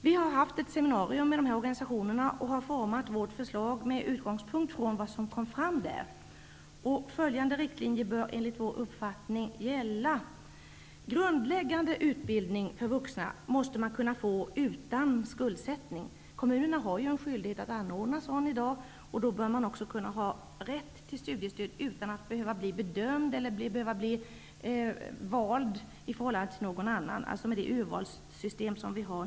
Vi har haft ett seminarium med de här organisationerna och har format vårt förslag med utgångspunkt i vad som då framkom. Följande riktlinjer bör enligt vår uppfattning gälla: Grundläggande utbildning för vuxna måste man kunna få utan skuldsättning. Kommunerna har ju i dag skyldighet att anordna sådan utbildning. Därför bör man ha rätt till studiestöd utan att behöva bli bedömd eller vald i förhållande till någon annan -- det handlar då om det urvalssystem som vi nu har.